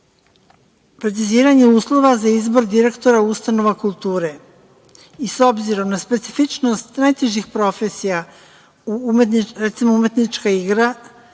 preciziranje uslova za izbor direktora ustanova kulture i s obzirom na specifičnost najtežih profesija, recimo, umetnička igra